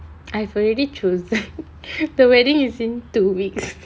I have already choosen the wedding is in two weeks